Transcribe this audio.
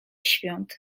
świąt